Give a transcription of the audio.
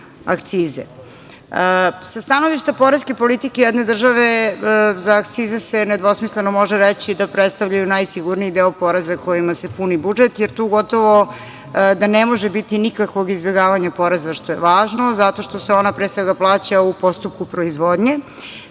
stanovišta poreske politike jedne države, za akcize se nedvosmisleno može reći da predstavljaju najsigurniji deo poreza kojima se puni budžet, jer tu gotovo da ne može biti nikakvog izbegavanja poreza, što je važno, zato što se ona, pre svega, plaća u postupku proizvodnje,